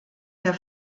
der